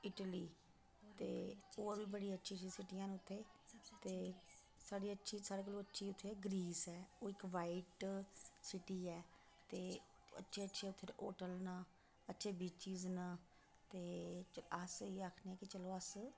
Italy ते होर बी बड़ी अच्छी अच्छियां सीटियां न उत्थें ते साढ़ी अच्छी सारे कोलुं अच्छी उत्थें ग्रीस ऐ ओह् इक बाइट सिटी ऐ ते अच्छे अच्छे उद्धर होटल न अच्छे बीचीस न ते अस इ'यै आखने कि चलो अस